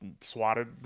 swatted